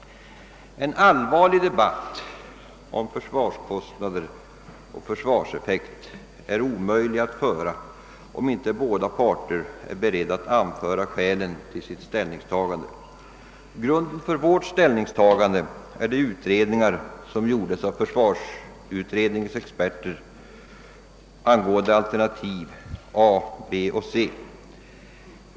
En allvarlig debatt om försvarskostnader och försvarseffekt är omöjliga att föra, om inte båda parter är beredda att ange skälen till sitt ställningstagande. Grunden för vårt ställningstagande är de utredningar som gjordes av försvarsutredningens experter angående alternativen A, B och C.